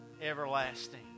everlasting